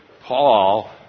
Paul